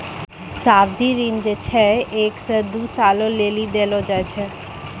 सावधि ऋण जे छै एक या दु सालो लेली देलो जाय छै